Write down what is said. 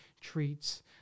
treats